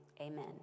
amen